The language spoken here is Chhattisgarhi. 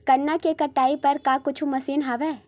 गन्ना के कटाई बर का कुछु मशीन हवय?